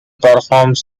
performs